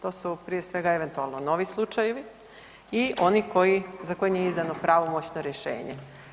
To su prije svega eventualno novi slučajevi i oni koji, za koje nije izdano pravomoćno rješenje.